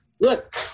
look